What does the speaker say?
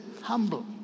humble